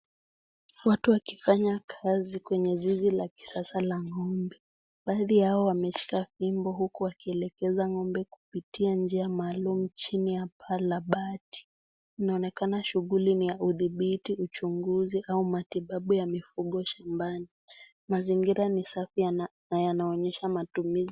Watu wakifanya kazi kwenye zizi la kisasa la ngombe, baadhi yao wameshika fimbo huku wakielekeza ngombe kupitia njia maalum chini ya paa la bati, inaonekana shuguli ni ya uthibiti, uchunguzi, au matibabu ya mifugo shambani, mazingira ni safi yana, yanaonyesha matumizi.